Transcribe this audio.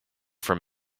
from